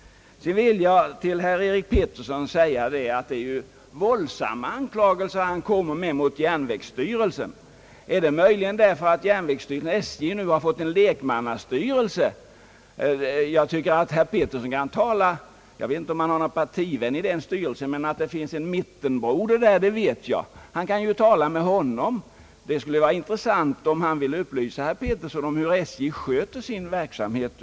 Till herr Erik Filip Petersson vill jag säga, att det är hårda anklagelser han kommer med mot järnvägsstyrelsen. Beror det möjligen på att SJ nu har fått en lekmannastyrelse? Jag vet inte om herr Petersson har någon partivän i styrelsen. Jag vet dock att där sitter en mittenbroder. Herr Petersson kan tala med honom. Det skulle vara intressant om denne person kunde upplysa herr Petersson om hur SJ sköter sin verksamhet.